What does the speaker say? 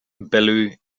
bellu